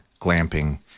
glamping